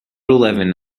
eleven